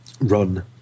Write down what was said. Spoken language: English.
run